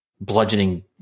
bludgeoning